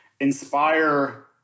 inspire